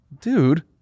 Dude